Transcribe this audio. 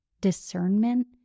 discernment